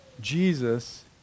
Jesus